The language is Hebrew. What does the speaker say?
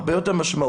הרבה יותר משמעותי,